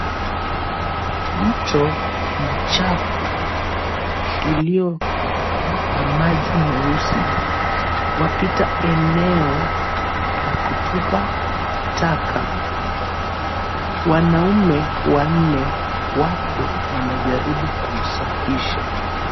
Mto mchafu ulio na maji meusi wapita eneo la kutupa taka. Wanaume wanne wapo wanajaribu kuusafisha.